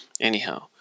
Anyhow